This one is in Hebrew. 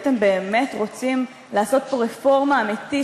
הייתם באמת רוצים לעשות פה רפורמה אמיתית,